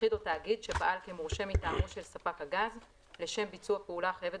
יחיד או תאגיד שפעל כמורשה מטעמו של ספק גז לשם ביצוע פעולה החייבת